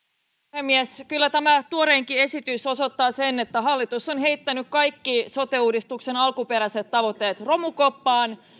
puhemies kyllä tämä tuoreinkin esitys osoittaa sen että hallitus on heittänyt kaikki sote uudistuksen alkuperäiset tavoitteet romukoppaan